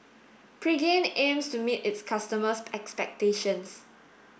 Pregain aims to meet its customers' expectations